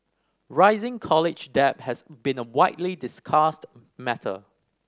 rising college debt has been a widely discussed matter